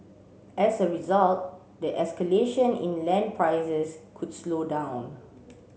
as a result the escalation in land prices could slow down